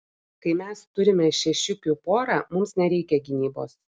kai mes turime šešiukių porą mums nereikia gynybos